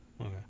okay